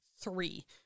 three